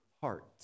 heart